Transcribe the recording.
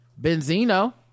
Benzino